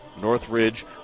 Northridge